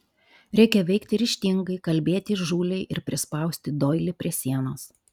reikia veikti ryžtingai kalbėti įžūliai ir prispausti doilį prie sienos